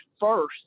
first